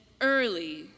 early